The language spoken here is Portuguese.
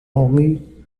holly